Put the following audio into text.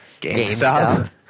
GameStop